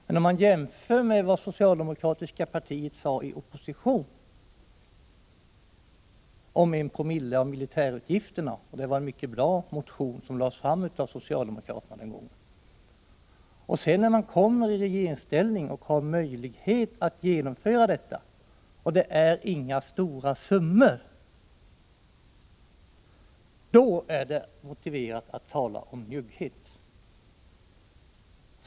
Men om man jämför med vad socialdemokratiska partiet sade i opposition, att bidraget skulle utgöra 1 oo av militärutgifterna — det var en mycket bra motion som lades fram av socialdemokraterna den gången — är det en helt annan sak. När man sedan kom i regeringsställning och hade möjlighet att genomföra detta — det är inga stora summor det rör sig om - men inte gör det, då är det motiverat att tala om njugghet.